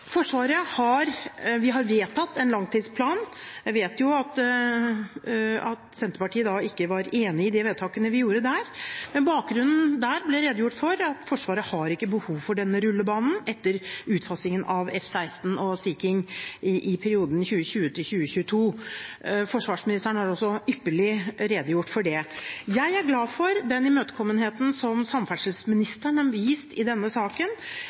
Forsvaret. Jeg vet at Senterpartiet ikke var enig i de vedtakene vi gjorde der, men bakgrunnen er blitt redegjort for: Forsvaret har ikke behov for denne rullebanen etter utfasingen av F-16 og Sea King i perioden 2020–2022. Forsvarsministeren har også ypperlig redegjort for det. Jeg er glad for den imøtekommenheten som samferdselsministeren har vist i denne saken.